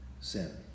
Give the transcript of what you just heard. sin